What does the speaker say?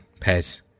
Pez